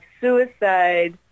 suicide